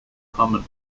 common